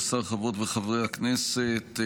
השר חברות וחברי הכנסת,